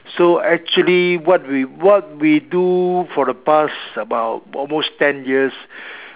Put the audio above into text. so actually what we do for the past about almost ten years